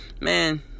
Man